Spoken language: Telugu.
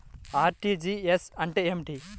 అర్.టీ.జీ.ఎస్ అంటే ఏమిటి?